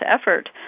effort